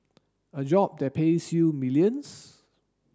a job that pays you millions